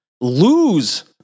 lose